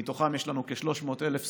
ומתוכם יש לנו כ-300,000 סטודנטים,